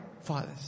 fathers